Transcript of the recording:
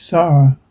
Sarah